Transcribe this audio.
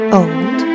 old